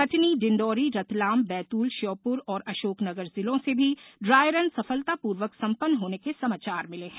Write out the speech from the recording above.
कटनी डिंडोरी रतलाम बैतूल श्योपुर और अशोकनगर जिलों से भी ड्राईरन सफलतापूर्वक संपन्न होने के समाचार मिले हैं